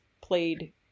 played